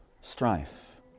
strife